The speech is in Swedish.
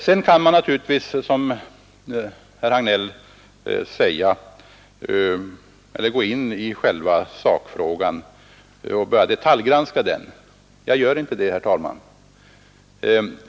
Sedan kan man naturligtvis som herr Hagnell gör ta upp själva sakfrågan och börja detaljgranska den. Jag gör inte det, herr talman.